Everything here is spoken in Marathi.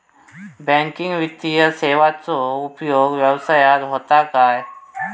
बँकिंग वित्तीय सेवाचो उपयोग व्यवसायात होता काय?